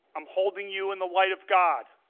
um holding you in the light of god.